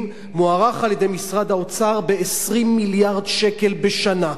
מוערך על-ידי משרד האוצר ב-20 מיליארד שקל בשנה,